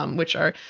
um which are,